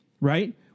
Right